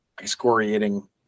excoriating